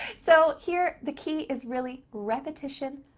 so here the key is really repetition,